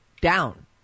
down